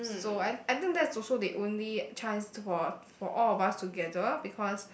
so I I think that's also the only chance for for all of us together because